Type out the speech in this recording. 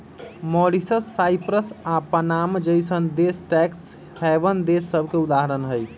Mauritius, Cyprus आऽ Panama जइसन्न देश टैक्स हैवन देश सभके उदाहरण हइ